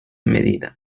medida